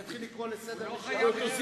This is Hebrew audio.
אני אתחיל לקרוא לסדר מי שיפריע.